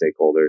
stakeholders